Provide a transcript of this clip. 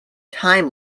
time